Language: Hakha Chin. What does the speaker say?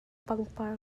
pangpar